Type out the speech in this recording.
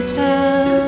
tell